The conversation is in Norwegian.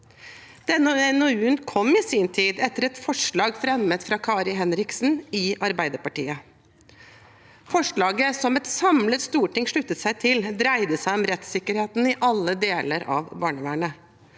NOU-en kom i sin tid etter et forslag fremmet av Kari Henriksen fra Arbeiderpartiet. Forslaget, som et samlet storting sluttet seg til, dreide seg om rettssikkerheten i alle deler av barnevernet.